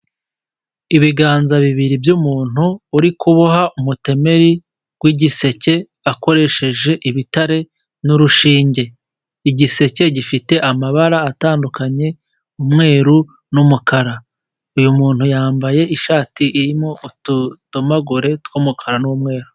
Ibiganza bibiri by'umuntu uri kuboha umutemeri w'igiseke akoresheje ibitare n'urushinge . Igiseke gifite amabara atandukanye umweru n'umukara , uyu muntu yambaye ishati irimo utudomagure tw'umukara n'umweru.